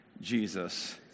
Jesus